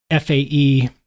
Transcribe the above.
FAE